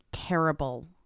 terrible